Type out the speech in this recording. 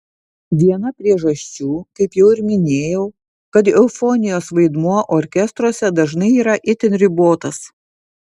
viena priežasčių kaip jau ir minėjau kad eufonijos vaidmuo orkestruose dažnai yra itin ribotas